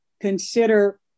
consider